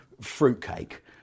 fruitcake